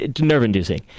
nerve-inducing